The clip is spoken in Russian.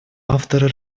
авторы